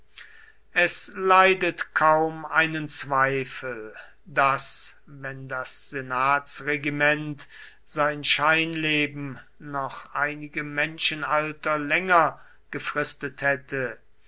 es leidet kaum einen zweifel daß wenn das senatsregiment sein scheinleben noch einige menschenalter länger gefristet hätte